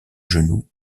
genoux